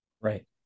Right